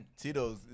Tito's